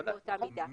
בדיוק באותה מידה.